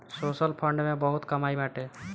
social fund में बहुते कमाई बाटे